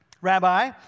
Rabbi